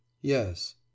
Yes